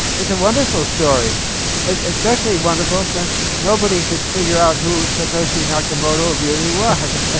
it's a wonderful story and especially wonderful since nobody could figure out who satoshi nakamoto really was